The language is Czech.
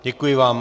Děkuji vám.